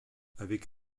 avec